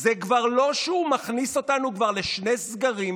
זה כבר לא שהוא מכניס אותנו כבר לשני סגרים.